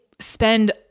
Spend